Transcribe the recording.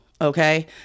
okay